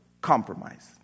compromise